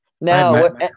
No